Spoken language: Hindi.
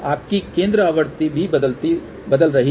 आपकी केंद्र आवृत्ति भी बदल रही है